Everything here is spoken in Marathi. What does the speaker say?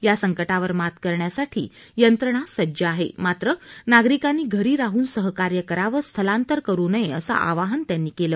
या संकटावर मात करण्यासाठी यंत्रणा सज्ज आहे मात्र नागरिकांनी घरी राहून सहकार्य करावं स्थलांतर करू नये असं आवाहन त्यांनी केलं